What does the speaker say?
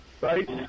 right